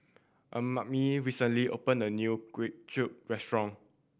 Amani recently opened a new Kway Chap restaurant